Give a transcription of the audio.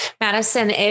Madison